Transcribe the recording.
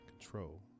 control